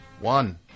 One